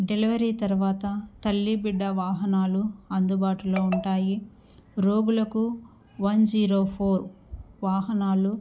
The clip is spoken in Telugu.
డెలివరీ తర్వాత తల్లి బిడ్డ వాహనాలు అందుబాటులో ఉంటాయి రోగులకు వన్ జీరో ఫోర్ వాహనాలు